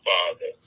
Father